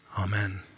Amen